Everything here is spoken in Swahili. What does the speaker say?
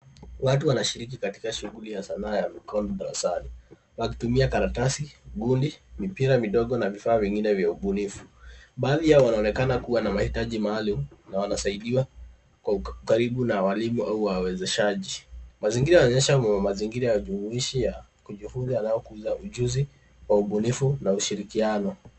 Watu wanashiriki katika shughuli ya sanaa ya mikono darasani, wakitumia karatasi, gundi, mipira midogo na vifaa vingine vya ubunifu. Baadhi yao wanaonekana kuwa na mahitaji maalum na wanasaidiwa kwa ukaribu na walimu au wawezeshaji. Mazingira yanaonyesha ni mazingira jumuishi ya kujifunza yanayokuza ujuzi wa ubunifu na ushirikiano.